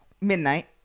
midnight